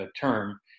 term